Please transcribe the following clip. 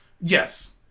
Yes